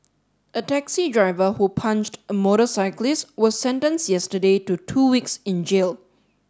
a taxi driver who punched a motorcyclist was sentence yesterday to two weeks in jail